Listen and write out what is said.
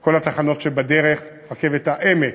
כל התחנות שבדרך, רכבת העמק,